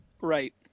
Right